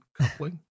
coupling